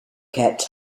kept